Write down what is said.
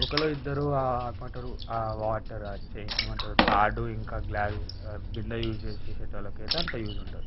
ఒకలో ఇద్దరో ఏపంటరు ఆ వాటర్ చైన్ ఆ తాడు ఇంకా గ్లాస్ బిందె యూజ్ చేసేటెతోళ్ళకైతే అంట యూజ్ ఉండదు